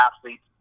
athletes